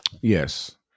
Yes